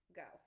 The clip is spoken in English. go